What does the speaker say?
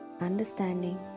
understanding